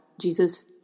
Jesus